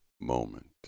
moment